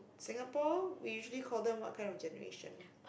Singapore we usually call them what kind of generation